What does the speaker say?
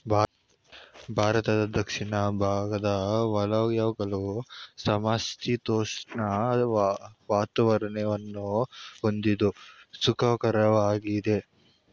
ಭಾರತದ ದಕ್ಷಿಣ ಭಾಗದ ವಲಯಗಳು ಸಮಶೀತೋಷ್ಣ ವಾತಾವರಣವನ್ನು ಹೊಂದಿದ್ದು ಸುಖಕರವಾಗಿದೆ